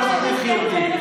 אל תכריחי אותי.